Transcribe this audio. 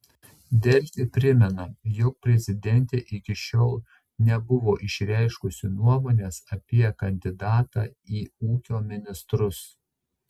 delfi primena jog prezidentė iki šiol nebuvo išreiškusi nuomonės apie kandidatą į ūkio ministrus